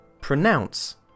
Pronounce